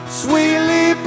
sweetly